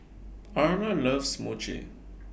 Arla loves Mochi